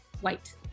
White